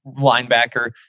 linebacker